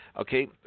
Okay